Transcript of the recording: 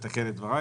ההסדר המקורי,